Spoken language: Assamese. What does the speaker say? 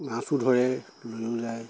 মাছো ধৰে যায়